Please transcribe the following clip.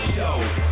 Show